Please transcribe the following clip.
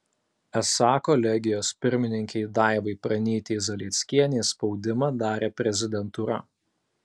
esą kolegijos pirmininkei daivai pranytei zalieckienei spaudimą darė prezidentūra